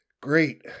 Great